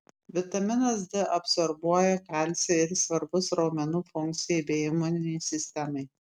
vitaminas d absorbuoja kalcį ir jis svarbus raumenų funkcijai bei imuninei sistemai